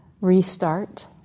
restart